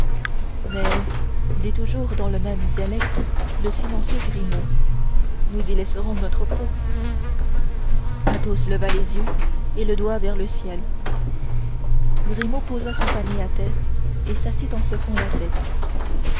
mais dit toujours dans le même dialecte le silencieux grimaud nous y laisserons notre peau athos leva les yeux et le doigt vers le ciel grimaud posa son panier à terre et s'assit en secouant la tête